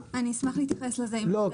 לא,